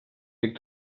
dic